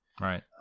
Right